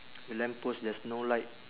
the lamp post there's no light